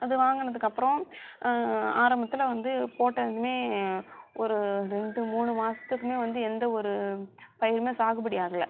அது வாங்கினதுக்கப்பறம் ஆரம்பத்தில் வந்து போட்டதுமே ஒரு ரெண்டு மூணு மாதத்துக்குமே வந்து எந்த ஒரு பயிருமே சாகுபடி ஆகலை